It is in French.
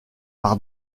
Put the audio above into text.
par